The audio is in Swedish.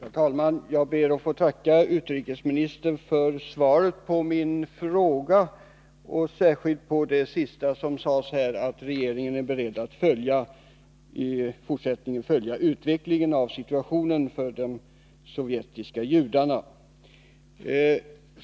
Herr talman! Jag ber att få tacka utrikesministern för svaret på min fråga, särskilt för det sista beskedet, att regeringen är beredd att i fortsättningen följa utvecklingen av situationen för de sovjetiska judarna.